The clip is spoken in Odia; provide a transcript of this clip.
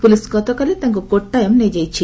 ପୁଲିସ ଗତକାଲି ତାଙ୍କୁ କୋଟାୟାମ୍ ନେଇଯାଇଛି